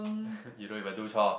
you don't even do chore